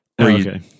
okay